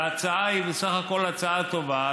וההצעה היא בסך הכול טובה,